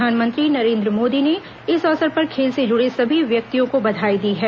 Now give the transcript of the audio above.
प्रधानमंत्री नरेंद्र मोदी ने इस अवसर पर खेल से जुड़े सभी व्यक्तियों को बधाई दी है